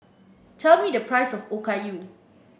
tell me the price of Okayu